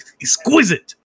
exquisite